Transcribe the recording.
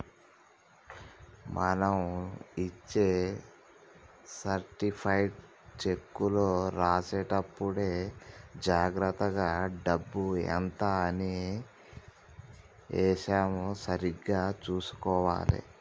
మనం ఇచ్చే సర్టిఫైడ్ చెక్కులో రాసేటప్పుడే జాగర్తగా డబ్బు ఎంత అని ఏశామో సరిగ్గా చుసుకోవాలే